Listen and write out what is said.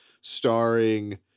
starring